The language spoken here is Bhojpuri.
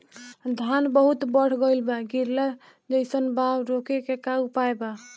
धान बहुत बढ़ गईल बा गिरले जईसन बा रोके क का उपाय बा?